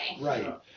Right